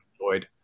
enjoyed